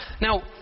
Now